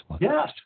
Yes